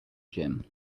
gym